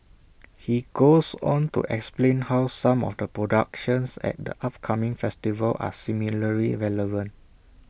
he goes on to explain how some of the productions at the upcoming festival are similarly relevant